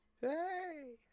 Hey